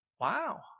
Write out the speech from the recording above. Wow